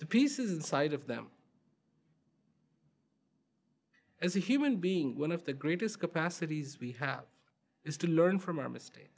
the peace is inside of them as a human being one of the greatest capacities we have is to learn from our mistakes